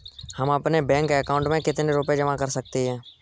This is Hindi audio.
हम अपने बैंक अकाउंट में कितने रुपये जमा कर सकते हैं?